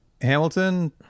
Hamilton